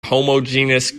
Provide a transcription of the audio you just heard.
homogeneous